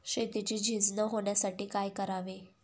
शेतीची झीज न होण्यासाठी काय करावे?